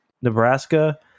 Nebraska